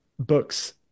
Books